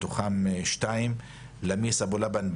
מתוכן שתיים: למיס אבו לבן,